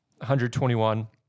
121